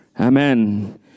Amen